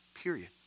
Period